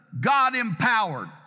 God-empowered